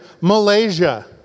Malaysia